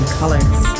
colors